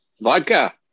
vodka